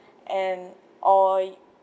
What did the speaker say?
and or